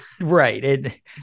Right